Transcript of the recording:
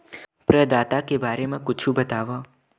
प्रदाता के बारे मा कुछु बतावव?